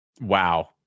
Wow